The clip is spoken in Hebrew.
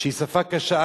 שהיא שפה קשה,